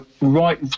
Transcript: right